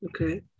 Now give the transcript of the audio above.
Okay